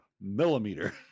millimeter